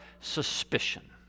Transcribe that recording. suspicion